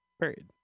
Period